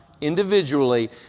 Individually